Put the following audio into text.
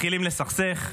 מתחילים לסכסך,